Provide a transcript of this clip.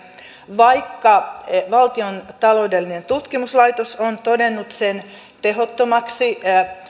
vaikka valtion taloudellinen tutkimuskeskus on todennut sen tehottomaksi